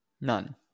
None